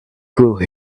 could